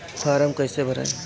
Form कईसे भराई?